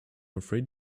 afraid